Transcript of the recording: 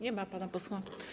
Nie ma pana posła.